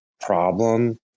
problem